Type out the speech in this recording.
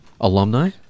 alumni